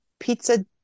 Pizza